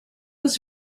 was